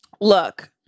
Look